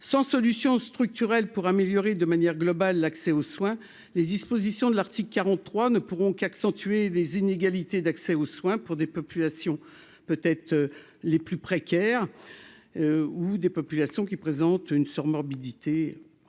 sans solution structurelle pour améliorer de manière globale, l'accès aux soins, les dispositions de l'article 43 ne pourront qu'accentuer les inégalités d'accès aux soins pour des populations peut être les plus précaires ou des populations qui présentent une sur-morbidité